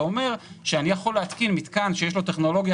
זה אומר שאני יכול להתקין מתקן שיש לו טכנולוגיה